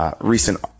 recent